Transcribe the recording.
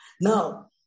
Now